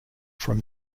from